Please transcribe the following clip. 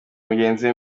mugenzi